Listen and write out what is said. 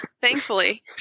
thankfully